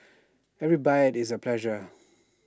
every bite is A pleasure